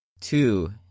Two